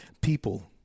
people